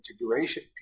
integration